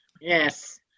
Yes